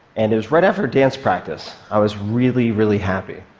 and it was right after a dance practice. i was really, really happy.